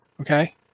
okay